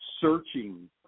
searching